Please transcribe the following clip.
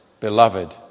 beloved